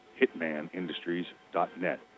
hitmanindustries.net